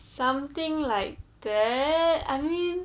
something like that I mean